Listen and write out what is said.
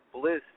bliss